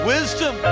Wisdom